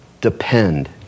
depend